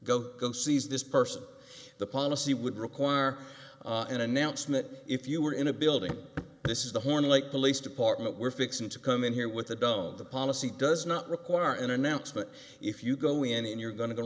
go go sees this person the policy would require an announcement if you were in a building this is the horn like police department we're fixing to come in here with a dog on the policy does not require an announcement if you go in and you're going to